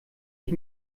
ich